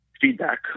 feedback